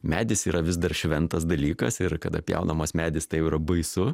medis yra vis dar šventas dalykas ir kada pjaunamas medis tai jau yra baisu